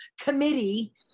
committee